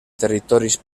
territoris